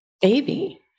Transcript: Baby